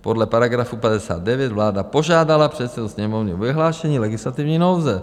Podle § 59 vláda požádala předsedu Sněmovny o vyhlášení legislativní nouze.